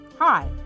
Hi